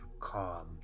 calm